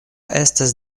estas